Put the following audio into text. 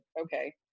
okay